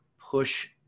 push